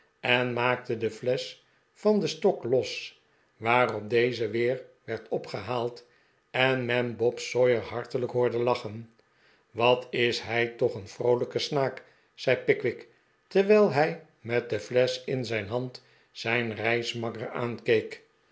en maakte de flesch van den stok los waarop deze weer werd opgehaald en men bob sawyer hartelijk hoorde lachen wat is hij toch een vroolijke snaak zei pickwick terwijl hij met de flesch in zijn hand zijn reismakker aankeek